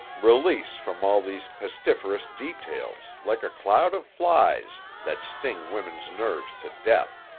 release from all these pestiferous details, like a cloud of flies, that sting women's nerves to death.